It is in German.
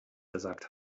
gesagt